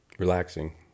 relaxing